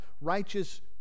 righteous